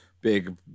big